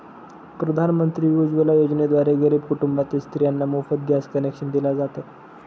प्रधानमंत्री उज्वला योजनेद्वारे गरीब कुटुंबातील स्त्रियांना मोफत गॅस कनेक्शन दिल जात